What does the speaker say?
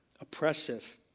oppressive